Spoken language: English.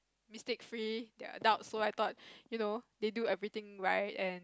mistake free they are adult so I thought you know they do everything right and